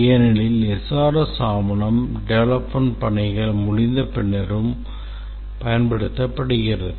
ஏனெனில் SRS ஆவணம் development பணிகள் முடிந்த பின்னரும் பயன்படுத்தப்படுகிறது